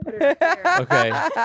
Okay